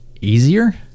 easier